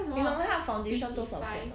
你懂它的 foundation 多少钱吗